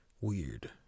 weird